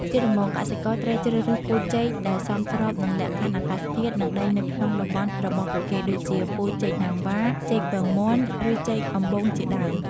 ជាដំបូង កសិករត្រូវជ្រើសរើសពូជចេកដែលសមស្របនឹងលក្ខខណ្ឌអាកាសធាតុ និងដីនៅក្នុងតំបន់របស់ពួកគេ ដូចជា ពូជចេកណាំវ៉ា ចេកពងមាន់ ឬចេកអំបូងជាដើម។